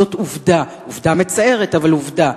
זו עובדה מצערת, אבל עובדה.